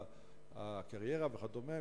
וכדומה,